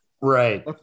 Right